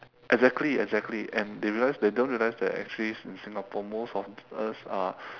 exactly exactly and they realise they don't realise that actually in singapore most of us are